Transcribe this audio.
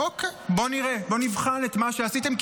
אוקיי, בואו נראה, בואו נבחן את מה שעשיתם.